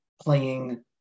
playing